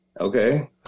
okay